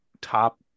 top